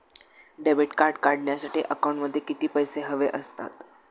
Debit card काढण्यासाठी अकाउंटमध्ये किती पैसे हवे असतात?